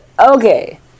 Okay